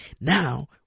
Now